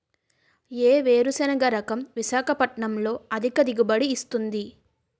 ఏ వేరుసెనగ రకం విశాఖపట్నం లో అధిక దిగుబడి ఇస్తుంది?